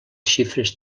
xifres